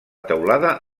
teulada